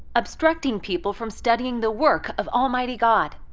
obstructing people from studying the work of almighty god.